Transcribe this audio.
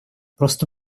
просто